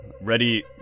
ready